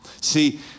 See